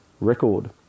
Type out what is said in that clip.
record